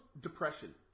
Depression